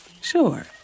sure